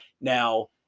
Now